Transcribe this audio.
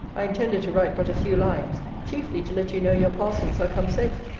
i intended to write but a few lines chiefly to let you know your parcels are come safe.